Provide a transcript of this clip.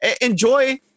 enjoy